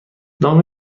نام